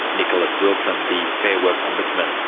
nicholas wilson, the fair work ombudsman